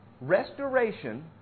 restoration